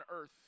earth